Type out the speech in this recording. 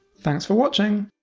thanks for watching!